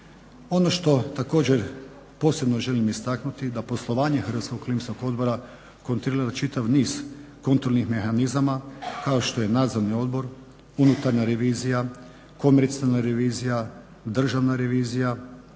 Ono što također posebno želim istaknuti da poslovanje HOO-a kontrolira čitav niz kontrolnih mehanizama kao što je Nadzorni odbor, Unutarnja revizija, Komercijalna revizija, Državna revizija